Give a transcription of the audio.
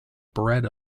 bread